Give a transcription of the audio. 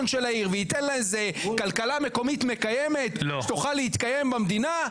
של העיר וייתן לה כלכלה מקומית מקיימת שתוכל להתקיים במדינה?